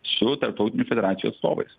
su tarptautinių federacijų atstovais